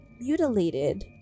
mutilated